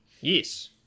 yes